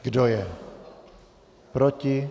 Kdo je proti?